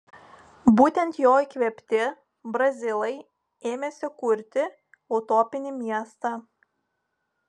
būtent jo įkvėpti brazilai ėmėsi kurti utopinį miestą